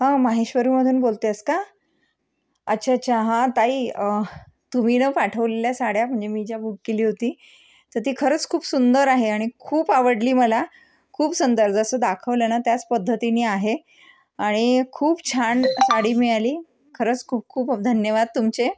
हां माहेश्वरमधून बोलते आहेस का अच्छा अच्छा हां ताई तुम्ही ना पाठवलेल्या साड्या म्हणजे मी ज्या बुक केली होती तर ती खरंच खूप सुंदर आहे आणि खूप आवडली मला खूप सुंदर जसं दाखवलं आहे ना त्याच पद्धतीनी आहे आणि खूप छान साडी मिळाली खरंच खूप खूप धन्यवाद तुमचे